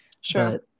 Sure